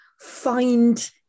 find